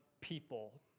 people